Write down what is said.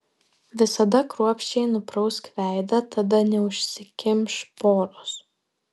visada kruopščiai nuprausk veidą tada neužsikimš poros